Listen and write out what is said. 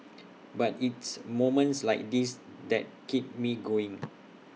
but it's moments like this that keep me going